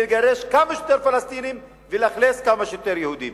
לגרש כמה שיותר פלסטינים ולהכניס כמה שיותר יהודים,